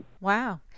Wow